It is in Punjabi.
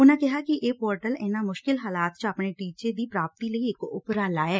ਉਨੂਾਂ ਕਿਹਾ ਕਿ ਇਹ ਪੋਰਟਲ ਇਨੂਾਂ ਮੁਸ਼ਕਿਲ ਹਾਲਾਤ ਚ ਆਪਣੇ ਟੀਚੇ ਦੀ ਪ੍ਾਪਤੀ ਲਈ ਇਕ ਉਪਰਾਲਾ ਐ